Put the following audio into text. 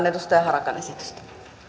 edustaja harakan esitystä